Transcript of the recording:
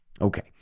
Okay